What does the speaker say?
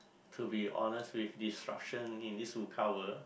to be honest with disruption in this world